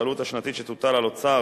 שהעלות השנתית שתוטל על אוצר